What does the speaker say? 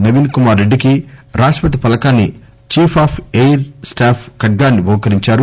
నవీన్ కుమార్ రెడ్డి కి రాష్టపతి ఫలకాన్ని ఛీఫ్ ఆఫ్ ఎయిర్ స్టాఫ్ ఖడ్దాన్నీ బహూకరించారు